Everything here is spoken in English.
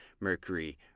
Mercury